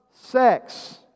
sex